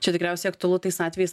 čia tikriausiai aktualu tais atvejais